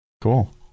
Cool